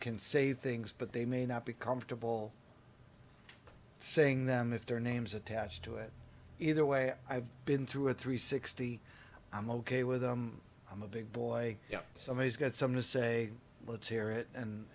can say things but they may not be comfortable saying them if their names attached to it either way i've been through it three sixty i'm ok with them i'm a big boy so he's got some to say let's hear it and